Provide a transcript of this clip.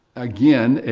again,